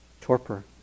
torpor